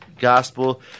Gospel